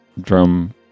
drum